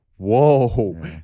Whoa